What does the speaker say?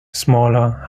smaller